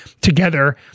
together